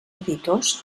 editors